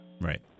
Right